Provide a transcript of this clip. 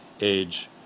age